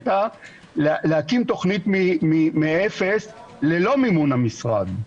הייתה להקים תוכנית מאפס ללא מימון המשרד.